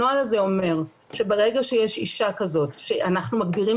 הנוהל הזה אומר שברגע שיש אישה כזאת שאנחנו מגדירים